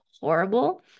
horrible